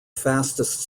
fastest